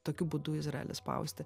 tokiu būdu izraelį spausti